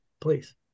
please